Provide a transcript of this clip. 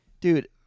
dude